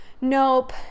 Nope